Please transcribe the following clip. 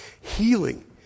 Healing